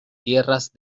tierras